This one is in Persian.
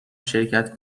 شرکت